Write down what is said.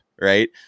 right